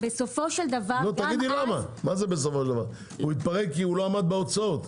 כי לא עמד בהוצאות?